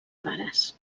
pares